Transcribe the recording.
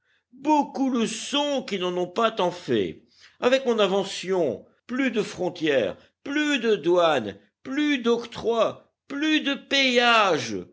beaucoup le sont qui n'en ont pas tant fait avec mon invention plus de frontières plus de douanes plus d'octroi plus de péages